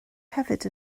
hefyd